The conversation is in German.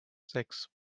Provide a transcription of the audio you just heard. sechs